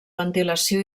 ventilació